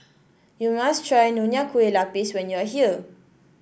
you must try Nonya Kueh Lapis when you are here